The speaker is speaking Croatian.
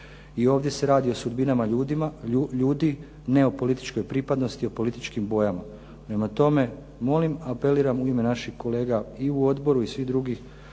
ovdje se radi o sudbinama ljudi, ne o političkoj pripadnosti, o političkim bojama. Prema tome molim, apeliram u ime naših kolega i u odboru i svih drugih